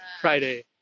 friday